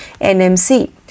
NMC